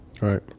right